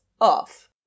off